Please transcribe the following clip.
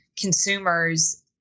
consumers